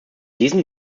diesem